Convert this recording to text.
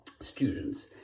students